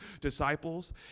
disciples